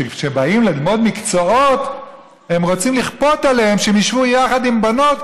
שכשבאים ללמוד מקצועות הם רוצים לכפות עליהם לשבת יחד עם בנות,